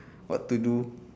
what to do